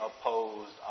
opposed